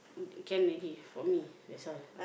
can already for me that's all